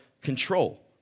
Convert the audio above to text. control